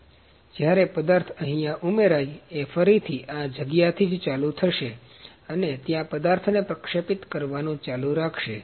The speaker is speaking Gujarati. તેથી જ્યારે પદાર્થ અહીંયા ઉમેરાય એ ફરીથી આ જગ્યાથી જ ચાલુ થશે અને ત્યાં પદાર્થને પ્રક્ષેપિત કરવાનું ચાલુ રાખશે